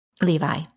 Levi